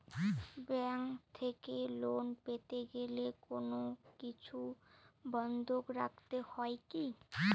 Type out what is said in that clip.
Bank থেকে loan পেতে গেলে কোনো কিছু বন্ধক রাখতে হয় কি?